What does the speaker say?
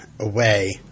away